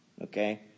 Okay